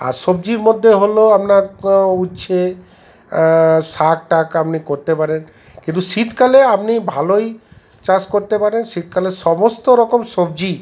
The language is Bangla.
আর সবজির মধ্যে হল আপনার উচ্ছে শাক টাক আপনি করতে পারেন কিন্তু শীতকালে আপনি ভালোই চাষ করতে পারেন শীতকালে সমস্ত রকম সবজি